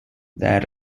that